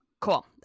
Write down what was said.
Cool